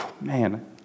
Man